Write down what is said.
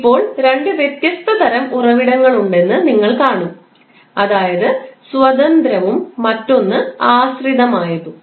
ഇപ്പോൾ രണ്ട് വ്യത്യസ്ത തരം ഉറവിടങ്ങളുണ്ടെന്ന് നിങ്ങൾ കാണും അതായത് സ്വതന്ത്രവും മറ്റൊന്ന് ആശ്രിതമായത്